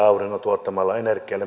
auringon tuottamaa energiaa